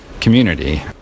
community